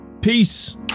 peace